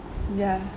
ya